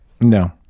No